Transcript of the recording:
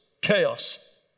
chaos